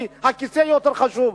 כי הכיסא יותר חשוב.